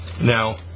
Now